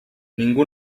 ningú